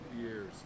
years